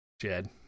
Jed